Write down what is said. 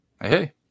Hey